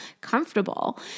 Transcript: comfortable